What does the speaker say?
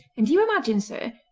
and do you imagine, sir,